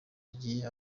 yagiye